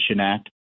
Act